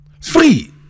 Free